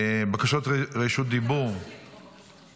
בקשות רשות דיבור --- אתה לא צריך לקרוא בקשות רשות דיבור,